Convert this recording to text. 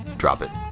drop it.